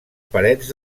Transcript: parets